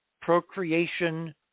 procreation